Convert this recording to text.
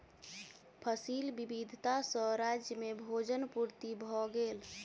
फसिल विविधता सॅ राज्य में भोजन पूर्ति भ गेल